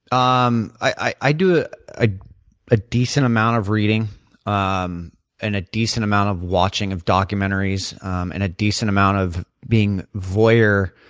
um i i do a ah a decent amount of reading um and a decent amount of watching of documentaries and a decent amount of being voyeuristic